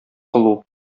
кылу